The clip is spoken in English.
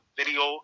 video